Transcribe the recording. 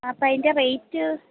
ആ അപ്പം അതിൻ്റെ റേറ്റ്